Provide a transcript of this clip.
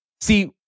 See